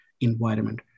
environment